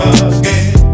again